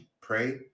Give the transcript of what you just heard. pray